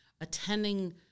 attending